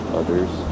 others